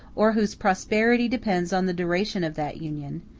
or whose prosperity depends on the duration of that union,